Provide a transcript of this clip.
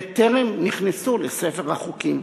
והחוק טרם נכנס לספר החוקים.